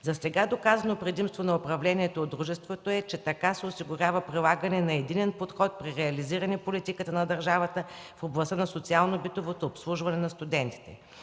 Засега доказано предимство на управлението от дружеството е, че така се осигурява прилагане на единен подход при реализиране политиката на държавата в областта на социално-битовото обслужване на студентите.